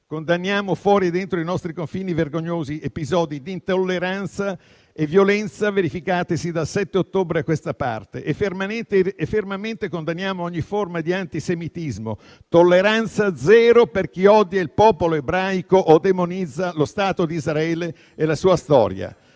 Condanniamo, fuori e dentro i nostri confini, i vergognosi episodi di intolleranza e violenza verificatisi dal 7 ottobre a questa parte e condanniamo fermamente ogni forma di antisemitismo: tolleranza zero per chi odia il popolo ebraico o demonizza lo Stato di Israele e la sua storia.